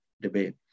debate